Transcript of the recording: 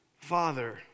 father